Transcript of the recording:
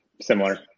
similar